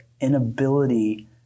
inability